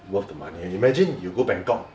worth the money and imagine you go bangkok